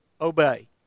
obey